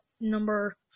number